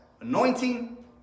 Anointing